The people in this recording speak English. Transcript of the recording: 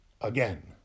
Again